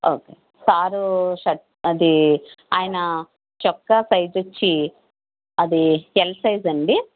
ఆ సారు అది ఆయన చొక్కా సైజ్ వచ్చి అది ఎల్ సైజ్ అండి